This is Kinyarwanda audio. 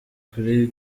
kuri